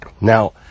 Now